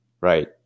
right